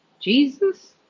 Jesus